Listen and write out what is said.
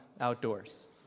outdoors